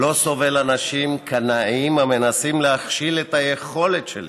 / לא סובל אנשים קנאים המנסים להכשיל את היכולת שלי